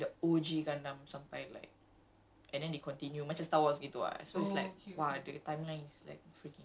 there's then gundam got a few timelines so there's one timeline that he's like like the O_G gundam sampai like